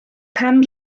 pam